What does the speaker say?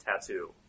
tattoo